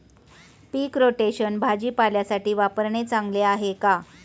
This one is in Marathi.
पीक रोटेशन भाजीपाल्यासाठी वापरणे चांगले आहे का?